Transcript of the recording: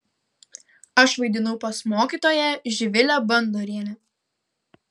aš vaidinau pas mokytoją živilę bandorienę